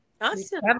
Awesome